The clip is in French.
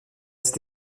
cette